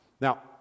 Now